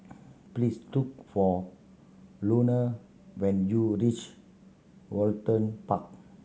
please look for Luanne when you reach Woollerton Park